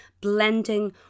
blending